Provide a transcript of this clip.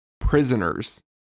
prisoners